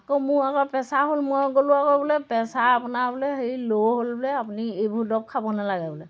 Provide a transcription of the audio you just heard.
আকৌ মোৰ আকৌ প্ৰেছাৰ হ'ল মই গ'লো আকৌ বোলে প্ৰেছাৰ আপোনাৰ বোলে হেৰি ল' হ'ল বোলে আপুনি এইবোৰ দৰৱ খাব নালাগে বোলে